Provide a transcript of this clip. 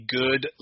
good